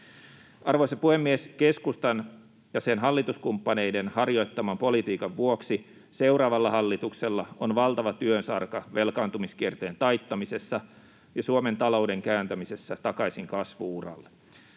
Arvoisa puhemies! Keskustan ja sen hallituskumppaneiden harjoittaman politiikan vuoksi seuraavalla hallituksella on valtava työsarka velkaantumiskierteen taittamisessa ja Suomen talouden kääntämisessä takaisin kasvu-uralle.